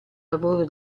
lavoro